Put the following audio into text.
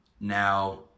Now